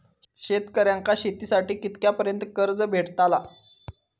शेतकऱ्यांका शेतीसाठी कितक्या पर्यंत कर्ज भेटताला?